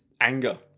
anger